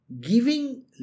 giving